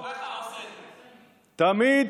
תמיד,